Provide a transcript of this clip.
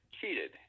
cheated